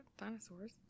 dinosaurs